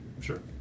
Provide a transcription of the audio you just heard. Sure